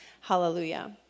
Hallelujah